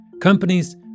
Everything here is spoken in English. Companies